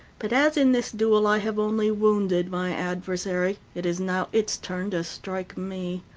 but as in this duel i have only wounded my adversary, it is now its turn to strike me.